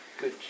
Good